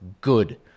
good